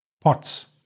pots